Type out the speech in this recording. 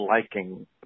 liking